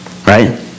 Right